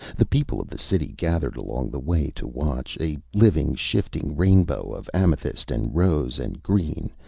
the people of the city gathered along the way to watch, a living, shifting rainbow of amethyst and rose and green,